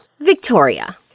Victoria